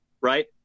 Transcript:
right